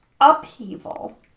upheaval